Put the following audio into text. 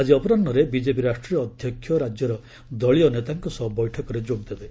ଆଜି ଅପରାହ୍ନରେ ବିଜେପି ରାଷ୍ଟ୍ରୀୟ ଅଧ୍ୟକ୍ଷ ରାଜ୍ୟର ଦଳୀୟ ନେତାଙ୍କ ସହ ବୈଠକରେ ଯୋଗଦେବେ